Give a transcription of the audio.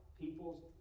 people's